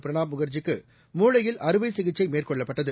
பிரணாப் முகர்ஜி க்கு மூளையில் அறுவை சிகிச்சை மேற்கொள்ளப்பட்டது